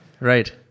Right